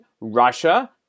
Russia